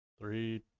three